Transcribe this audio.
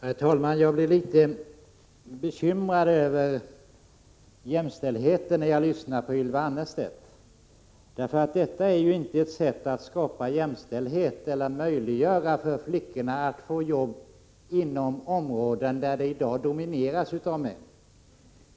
Herr talman! Jag blir litet bekymrad över jämställdheten när jag lyssnar till Ylva Annerstedt, därför att detta inte är ett sätt att skapa jämställdhet eller att möjliggöra för flickorna att få arbete inom områden som i dag domineras av män.